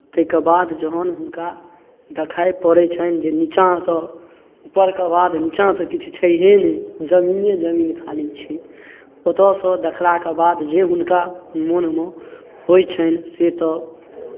ताहिके बाद जखन हुनका देखाइ पड़ै छनि जे नीचाँ तऽ ऊपरके बाद नीचाँ तऽ किछु छैहे नहि जमीने जमीन खाली छै ओतयसँ देखलाके बाद जे हुनका मोनमे होइ छनि से तऽ